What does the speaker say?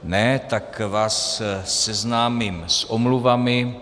Ne, tak vás seznámím s omluvami.